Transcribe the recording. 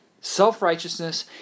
Self-righteousness